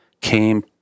came